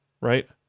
right